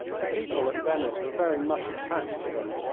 the people at venice were very much attached to them,